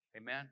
Amen